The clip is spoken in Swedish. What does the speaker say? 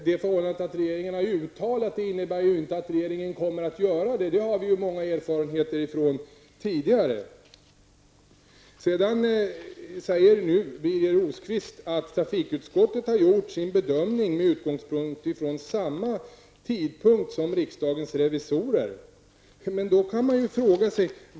Det förhållandet att regeringen har uttalat sig för en sak innebär inte heller att man nödvändigtvis kommer att handla i enlighet med sitt uttalande. Det har vi många tidigare erfarenheter av. Birger Rosqvist säger att trafikutskottet har gjort sin bedömning med utgångspunkt från samma tidpunkt som riksdagens revisorer.